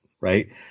Right